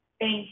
Thank